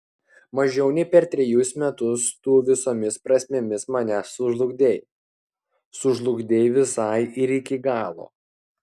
mažiau nei per trejus metus tu visomis prasmėmis mane sužlugdei sužlugdei visai ir iki galo